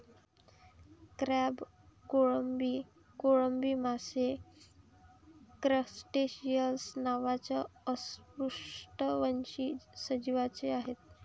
crab, कोळंबी, कोळंबी मासे क्रस्टेसिअन्स नावाच्या अपृष्ठवंशी सजीवांचे आहेत